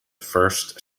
first